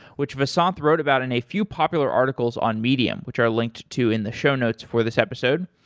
which vasanth wrote about in a few popular articles on medium, which are linked to in the show notes for this episodes.